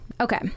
Okay